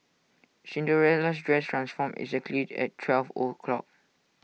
Cinderella's dress transformed exactly at twelve o'clock